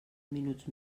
minuts